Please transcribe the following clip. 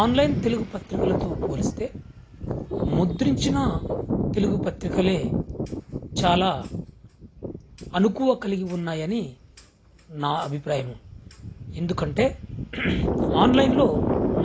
online Telugu పత్రికలతో పోలిస్తే ముద్రించిన తెలుగు పత్రికలే చాలా అణకువ కలిగి ఉన్నాయని నా అభిప్రాయము ఎందుకంటే ఆన్లైన్లో